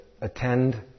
attend